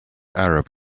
arab